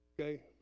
okay